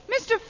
Mr